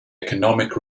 economic